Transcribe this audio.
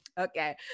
Okay